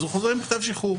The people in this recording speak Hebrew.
אז הוא חוזר עם מכתב שחרור.